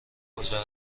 کجا